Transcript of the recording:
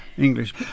English